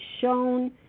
shown